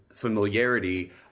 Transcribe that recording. familiarity